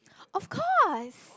of course